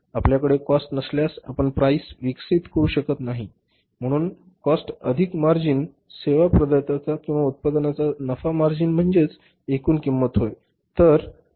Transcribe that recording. आपल्याकडे कॉस्ट नसल्यास आपण प्राईस विकसित करू शकत नाही म्हणून कॉस्ट अधिक मार्जिन सेवा प्रदात्याचा किंवा उत्पादकाचा नफा मार्जिन म्हणजेच एकूण किंमत होय